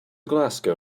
glasgow